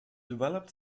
developed